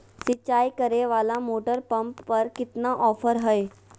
सिंचाई करे वाला मोटर पंप पर कितना ऑफर हाय?